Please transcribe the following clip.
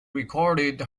recorded